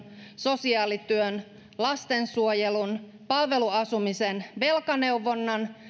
sosiaalityön lastensuojelun palveluasumisen velkaneuvonnan